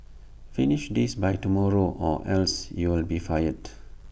finish this by tomorrow or else you will be fired